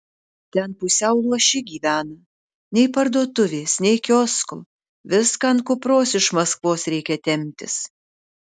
ten pusiau luoši gyvena nei parduotuvės nei kiosko viską ant kupros iš maskvos reikia temptis